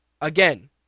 Again